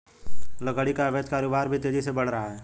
लकड़ी का अवैध कारोबार भी तेजी से बढ़ रहा है